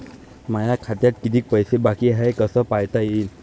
माया खात्यात कितीक पैसे बाकी हाय हे कस पायता येईन?